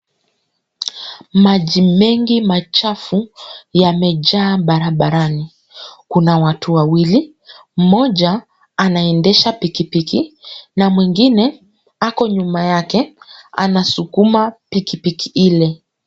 Maji mengi machafu yamejaa barabarani. Kuna watu wawili, mmoja anaendesha pikipiki na mwingine ako nyuma yake anasukuma pikipiki ile.